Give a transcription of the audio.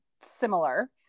similar